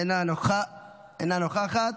אינה נוכחת.